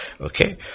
Okay